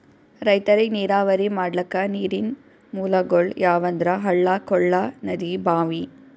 ರೈತರಿಗ್ ನೀರಾವರಿ ಮಾಡ್ಲಕ್ಕ ನೀರಿನ್ ಮೂಲಗೊಳ್ ಯಾವಂದ್ರ ಹಳ್ಳ ಕೊಳ್ಳ ನದಿ ಭಾಂವಿ